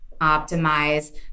optimize